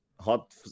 hot